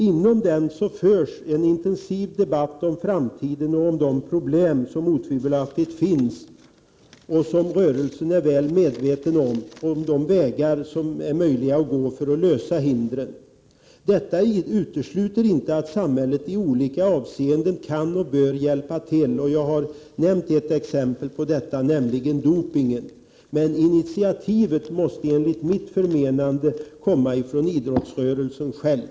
Inom idrottsrörelsen förs en intensiv debatt om framtiden och om de problem som otvivelaktigt finns och som rörelsen är väl medveten om, liksom om de vägar som är möjliga att gå för att komma förbi hindren. Detta utesluter inte att samhället i olika avseenden kan och bör hjälpa till. Jag har nämnt ett exempel härvidlag, nämligen dopningen, men initiativen måste enligt mitt förmenande komma från idrottsrörelsen själv.